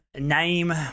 name